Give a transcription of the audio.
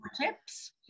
tips